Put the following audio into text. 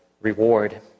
reward